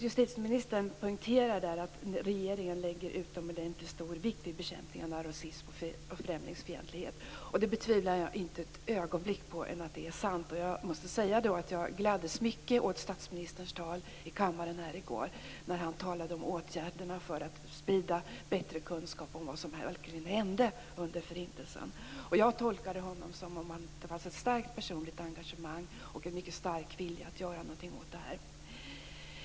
Justitieministern poängterar att regeringen lägger utomordentligt stor vikt vid bekämpning av rasism och främlingsfientlighet. Att det är sant betvivlar jag inte ett ögonblick. Jag måste också säga att jag gladdes mycket över statsministerns tal här i kammaren i går när han talade om åtgärderna för att sprida bättre kunskap om vad som verkligen hände under Förintelsen. Jag tolkade det som att det fanns ett starkt personligt engagemang och en mycket stark vilja att göra något åt det här.